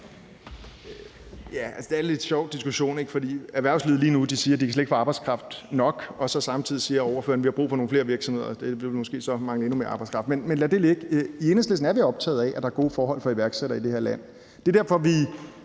Det er en lidt sjov diskussion, ikke? For erhvervslivet siger lige nu, at de slet ikke kan få arbejdskraft nok, og samtidig siger ordføreren, at vi har brug for nogle flere virksomheder. De vil måske så mangle endnu mere arbejdskraft. Men lad det ligge. I Enhedslisten er vi optaget af, at der er gode forhold for iværksættere i det her land. Det var derfor, vi